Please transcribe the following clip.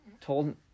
told